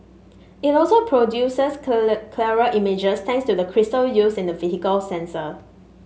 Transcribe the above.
it also produces clear clearer images thanks to the crystal used in the vehicle's sensor